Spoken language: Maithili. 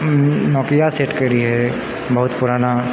नोकिया सेट के रहै बहुत पुराना